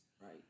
right